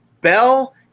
Bell –